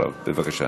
בבקשה.